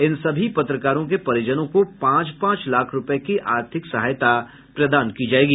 इन सभी पत्रकारों के परिजनों को पांच पांच लाख रूपये की आर्थिक सहायता प्रदान की जायेगी